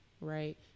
right